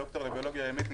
ד"ר לביולוגיה ימית,